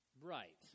Right